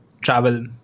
travel